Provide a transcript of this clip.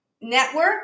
network